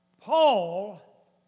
Paul